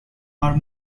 are